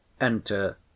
Enter